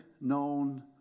known